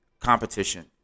competition